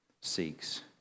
seeks